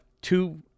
two –